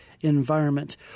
environment